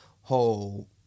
whole